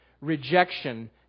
Rejection